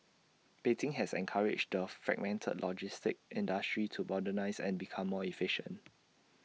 Beijing has encouraged the fragmented logistics industry to modernise and become more efficient